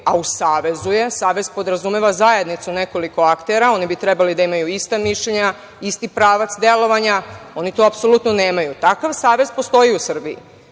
a u savezu je, savez podrazumeva zajednicu nekoliko aktera, oni bi trebali da imaju ista mišljenja, isti pravac delovanja, a oni to apsolutno nemaju. Takav savez postoji u Srbiji.